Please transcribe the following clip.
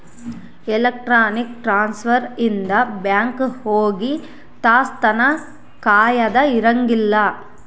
electronic transfer ಇಂದ bank ಹೋಗಿ ತಾಸ್ ತನ ಕಾಯದ ಇರಂಗಿಲ್ಲ